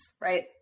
right